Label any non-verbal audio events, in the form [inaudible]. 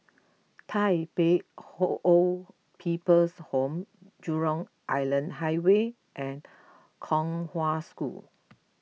Tai Pei [hesitation] Old People's Home Jurong Island Highway and Kong Hwa School